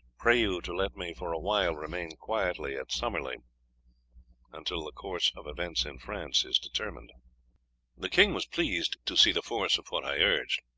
pray you to let me for a while remain quietly at summerley until the course of events in france is determined the king was pleased to see the force of what i urged.